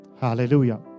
Hallelujah